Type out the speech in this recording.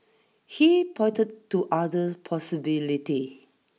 he pointed to other possibility